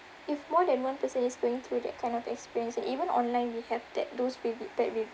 if more than one person is going through that kind of experience and even online we have that those with bad reviews